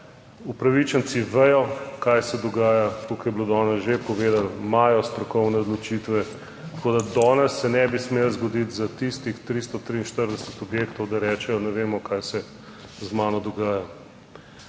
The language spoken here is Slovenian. upravičenci vedo kaj se dogaja, tako kot je bilo danes že povedano imajo strokovne odločitve, tako da danes se ne bi smelo zgoditi za tistih 343 objektov, da rečejo, ne vemo kaj se z mano dogaja.